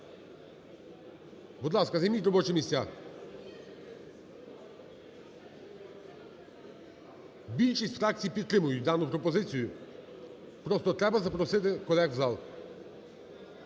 Будь ласка, займіть робочі місця. Більшість фракцій підтримають дану пропозицію, просто треба запросити колег в зал.